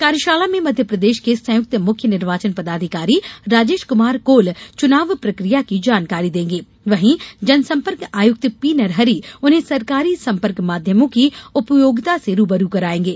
कार्यशाला में मध्यप्रदेश के संयुक्त मुख्य निर्वाचन पदाधिकारी राजेश कुमार कोल चुनाव प्रक्रिया की जानकारी देंगे वहीं जनसंपर्क आयुक्त पी नरहरि उन्हें सरकारी संपर्क माध्यमों की उपयोगिता से रूबरू कराएँगे